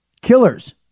Killers